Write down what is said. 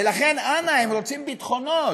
ולכן, אנא, הם רוצים ביטחונות.